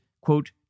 quote